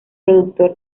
productor